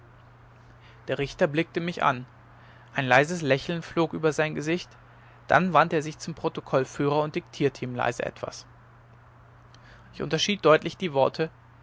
der richter blickte mich an ein leises lächeln flog über sein gesicht dann wandte er sich zum protokollführer und diktierte ihm leise etwas ich unterschied deutlich die worte